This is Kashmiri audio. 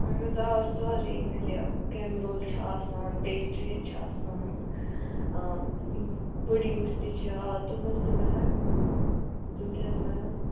اَہَن حظ آ سورُے میلیو کیمرول چھِ آسان پیسٹریٖز چھِ آسان پُڈِنٛگٕس تہِ چھِ آ تِم حظ تہِ میلَن تِم تہِ حظ میلَن